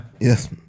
Yes